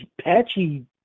patchy